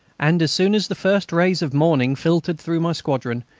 and as soon as the first rays of morning filtered through, my squadron,